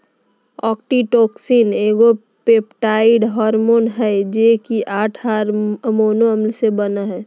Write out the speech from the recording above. oxytocin एगो peptide hormone हइ जे कि आठ अमोनो अम्ल से बनो हइ